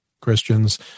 Christians